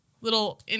little